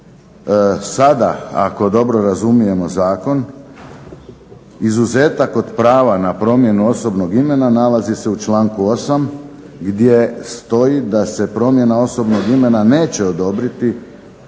sada ako dobro razumijemo zakon izuzetak od prava na promjenu osobnog imena nalazi se u članku 8. gdje stoji da se promjena osobnog imena neće odobriti